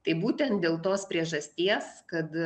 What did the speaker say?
tai būtent dėl tos priežasties kad